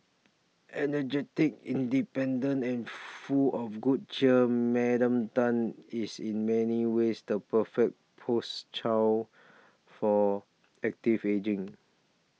energetic independent and full of good cheer Madam Tan is in many ways the perfect post child for active ageing